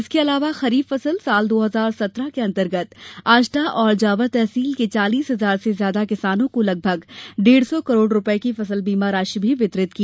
इसके अलावा खरीफ फसल साल दो हजार सत्रह के अन्तर्गत आष्टा और जावर तहसील के चालीस हजार से ज्यादा किसानों को लगभग डेढ़ सौ करोड़ रूपये की फसल बीमा राशि भी वितरित की